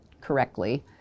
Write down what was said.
correctly